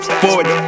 forward